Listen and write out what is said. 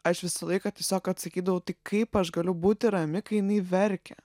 aš visą laiką tiesiog atsakydavau tai kaip aš galiu būti rami kai jinai verkia